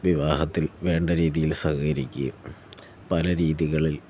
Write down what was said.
വിവാഹത്തിൽ വേണ്ട രീതിയിൽ സഹകരിക്കുകയും പല രീതികളിൽ